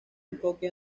enfoque